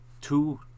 two